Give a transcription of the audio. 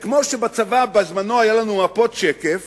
זה כמו שבצבא היו לנו בזמנו מפות שקף.